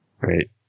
Right